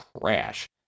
crash